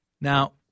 now